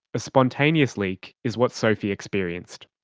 a spontaneous leak is what sophie experienced.